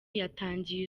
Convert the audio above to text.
yatangiye